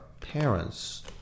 parents